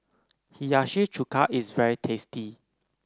Hiyashi Chuka is very tasty